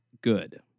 good